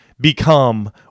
become